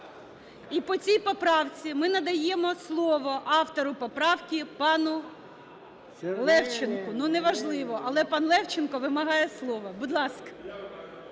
І по цій поправці ми надаємо слово автору поправки пану Левченку. (Шум у залі) Ну, неважливо, але пан Левченко вимагає слова. Будь ласка.